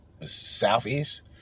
Southeast